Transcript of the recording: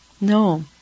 No